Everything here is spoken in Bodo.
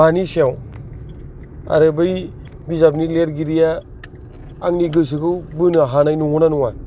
मानि सायाव आरो बै बिजाबनि लिरगिरिया आंनि गोसोखौ बोनो हानाय नंगौना नङा